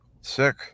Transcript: sick